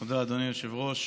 תודה, אדוני היושב-ראש.